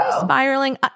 spiraling